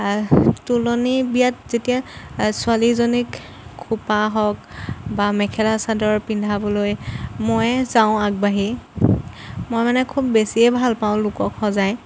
তোলনী বিয়াত যেতিয়া ছোৱালীজনীক খোপা হওক বা মেখেলা চাদৰ পিন্ধাবলৈ ময়ে যাওঁ আগবাঢ়ি মই মানে খুব বেছিয়ে ভাল পাওঁ লোকক সজাই